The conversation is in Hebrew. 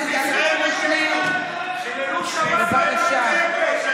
חיללו שבת והכול בסדר.